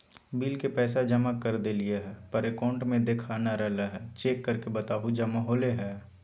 Bill के पैसा जमा कर देलियाय है पर अकाउंट में देखा नय रहले है, चेक करके बताहो जमा होले है?